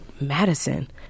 Madison